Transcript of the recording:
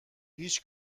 هیچ